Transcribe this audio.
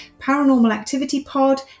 ParanormalActivityPod